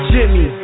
Jimmy